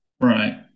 Right